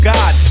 God